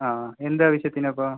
ആ എന്താവശ്യത്തിനാണിപ്പോൾ